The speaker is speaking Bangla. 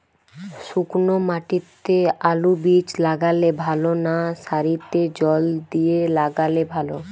শুক্নো মাটিতে আলুবীজ লাগালে ভালো না সারিতে জল দিয়ে লাগালে ভালো?